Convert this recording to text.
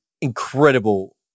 incredible